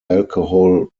alcohol